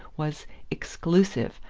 was exclusive,